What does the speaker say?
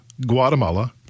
Guatemala